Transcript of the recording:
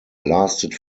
lasted